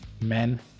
men